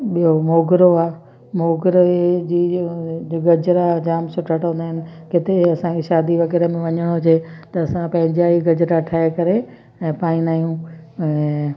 ॿियों मोगरो आहे मोगरे जी जेको गजरा जाम सुठा ठहंदा आहिनि किथे असांजे शादी वग़ैरह बि वञणो हुजे त असां पंहिंजा ई गजरा ठाहे करे ऐं पाईंदा आहियूं ऐं